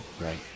right